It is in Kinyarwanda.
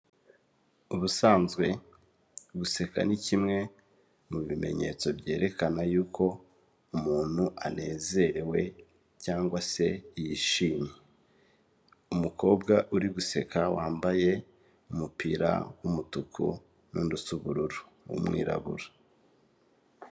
Ubusanzwe guseka ni kimwe mu bimenyetso byerekana y'uko umuntu anezerewe cyangwa se yishimye. Umukobwa uri guseka wambaye umupira w'umutuku n'undi usa ubururu w'umwirabura.